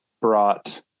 brought